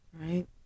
Right